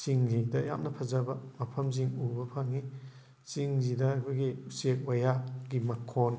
ꯆꯤꯡꯁꯤꯡꯗ ꯌꯥꯝꯅ ꯐꯖꯕ ꯃꯐꯝꯁꯤꯡ ꯎꯕ ꯐꯪꯉꯤ ꯆꯤꯡꯁꯤꯗ ꯑꯩꯈꯣꯏꯒꯤ ꯎꯆꯦꯛ ꯋꯥꯌꯥꯒꯤ ꯃꯈꯣꯟ